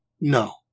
no